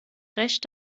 recht